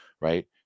right